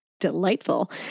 delightful